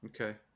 okay